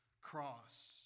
cross